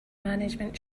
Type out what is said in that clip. management